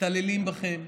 מתעללים בכם,